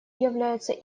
является